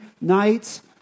nights